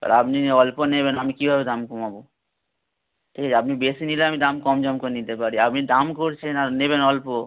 তাহলে আপনি অল্প নেবেন আমি কীভাবে দাম কমাবো ঠিক আছে আপনি বেশি নিলে আমি দাম কম সম করে নিতে পারি আপনি দাম করছেন আর নেবেন অল্প